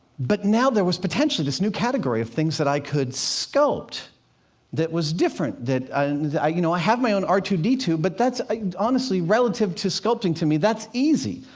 but now there was potentially this new category of things that i could sculpt that was different, that i you know i have my own r two d two, but that's honestly, relative to sculpting, to me, that's easy.